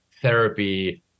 therapy